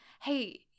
hey